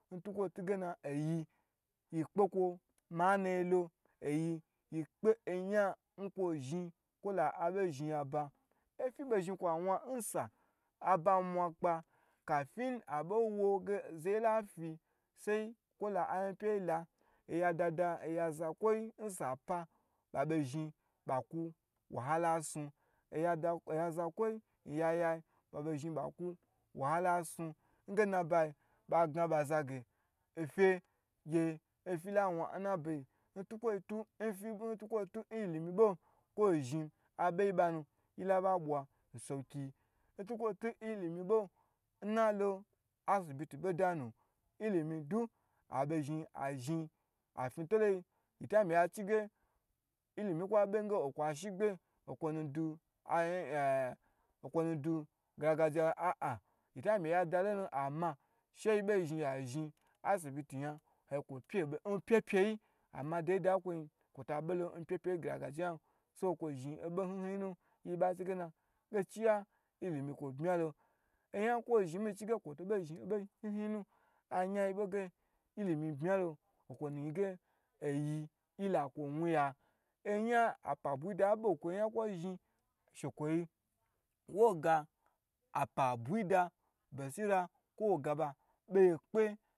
Ntugena oyi yipekwo mana yelo ngena dawo kwala abo zhinyaba, ofi bozhin kwa wan aba mwakpa kafin abo woge zaye wole fi sai kwola yin peyi la ntugena oya dada bei zhin bakwu wahala snu ngena bai gna baza ge nfe gye fi la wan n nabai ye ntukwotu n ilimi bo kwai zhin abaoi banu yilaba bwa n sowakiyi, ntukwo to n ilimi bo n nala asibiti abozhin azhin nna afin tolo yi yitami yachi ilimi nkwa beyin kwo nu du gargaje ah ah yitami yada lon ama she yi bu zhin ya zhin asibit yan ya gye kwo pyu n beye n pye pye yi ama doye da gargayan kwato bo zhin obo hyn hyn nu nyin ba chi ngena ilimi kwo bye lo oyan kwo zhin do hyn hyn nu ayanyibo ge ilimi kwo byu lon okwunu yin gu yilakwo wuya, oyan apabuyi da bge nkwo zhin shekwoyi wo ga apabuyi da basila kwo beyekpe